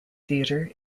theatre